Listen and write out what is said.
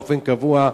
קבוע.